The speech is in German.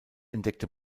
entdeckte